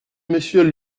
monsieur